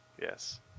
yes